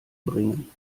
bringen